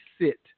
sit